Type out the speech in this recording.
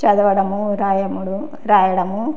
చదవడం రాయము రాయడము